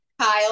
kyle